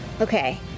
Okay